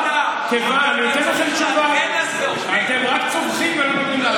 אתם רק צווחים ולא נותנים להשיב.